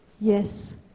Yes